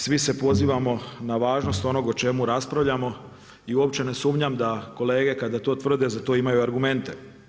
Svi se pozivamo na važnost onog o čemu raspravljamo i uopće ne sumnjam da kolege kada to tvrde za to imaju argumente.